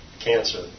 cancer